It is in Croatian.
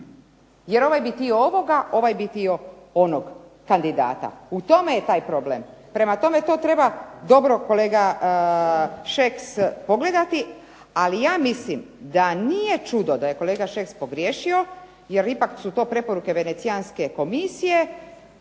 jer ovaj bi htio ovoga, ovaj bi htio onog kandidata. U tome je taj problem. Prema tome, to treba dobro kolega Šeks pogledati. Ali ja mislim da nije čudno što je kolega Šeks pogriješio, jer ipak su to preporuke Venecijanske komisije